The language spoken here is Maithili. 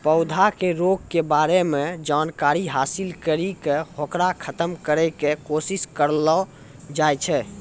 पौधा के रोग के बारे मॅ जानकारी हासिल करी क होकरा खत्म करै के कोशिश करलो जाय छै